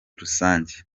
rusange